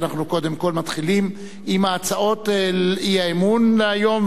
אנחנו קודם כול מתחילים עם הצעות האי-אמון היום,